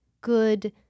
good